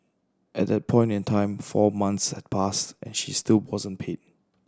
at that point in time four months had passed and she still wasn't paid